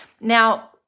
now